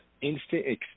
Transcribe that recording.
instant